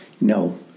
no